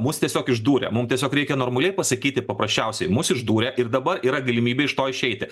mus tiesiog išdūrė mum tiesiog reikia normaliai pasakyti paprasčiausiai mus išdūrė ir dabar yra galimybė iš to išeiti